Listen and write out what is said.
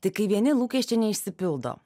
tai kai vieni lūkesčiai neišsipildo